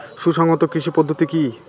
সুসংহত কৃষি পদ্ধতি কি?